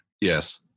Yes